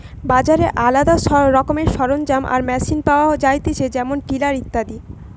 বাজারে আলদা রকমের সরঞ্জাম আর মেশিন পাওয়া যায়তিছে যেমন টিলার ইত্যাদি